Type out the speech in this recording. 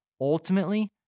Ultimately